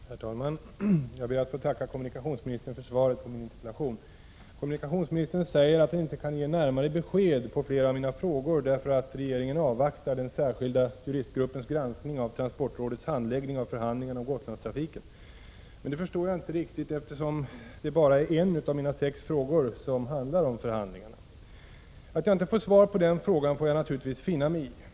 Herr talman! Jag ber att få tacka kommunikationsministern för svaret på min interpellation. Kommunikationsministern säger att han inte kan ge närmare besked på flera av mina frågor därför att regeringen avvaktar den särskilda juristgruppens granskning av transportrådets handläggning av förhandlingarna om Gotlandstrafiken. Men det förstår jag inte riktigt, eftersom det bara är en av mina sex frågor som handlar om förhandlingarna. Att jag inte får svar på den frågan får jag naturligtvis finna mig i.